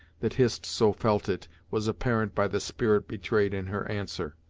that hist so felt it, was apparent by the spirit betrayed in her answer.